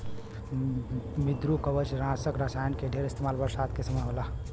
मृदुकवचनाशक रसायन के ढेर इस्तेमाल बरसात के समय होला